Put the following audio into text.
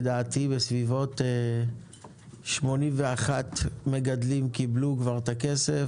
לדעתי כ-81 מגדלים קיבלו כבר את הכסף,